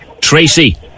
Tracy